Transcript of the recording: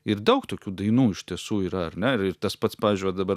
ir daug tokių dainų iš tiesų yra ar ne ir tas pats pavyzdžiui va dabar